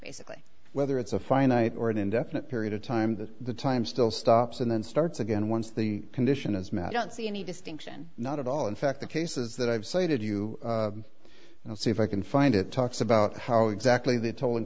basically whether it's a finite or an indefinite period of time that the time still stops and then starts again once the condition is met i don't see any distinction not at all in fact the cases that i've cited you see if i can find it talks about how exactly they told him